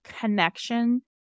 connection